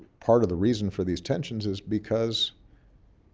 part of the reason for these tensions is because